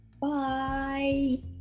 bye